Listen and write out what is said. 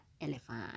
elephant